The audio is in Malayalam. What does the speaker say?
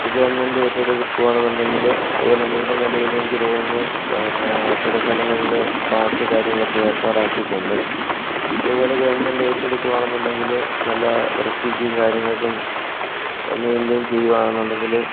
ഗവൺമെൻറ് ഏറ്റെടുക്കുവാണെന്നുണ്ടെങ്കിൽ അതുപോലെ തന്നെ ഇപ്പം നിലവിൽ എനിക്ക് തോന്നുന്നു പിന്ന ചില സ്ഥലങ്ങളിൽ പാസ് കാര്യങ്ങളൊക്കെ ഏർപ്പാടാക്കിയിട്ടുണ്ട് അതുപോലെ ഗവൺമെൻറ് ഏറ്റെടുക്കുവാണെന്നുണ്ടെങ്കിൽ നല്ല വൃത്തിക്കും കാര്യങ്ങൾക്കും മെയിന്റൈൻ ചെയ്യുവാണെന്നുണ്ടെങ്കിൽ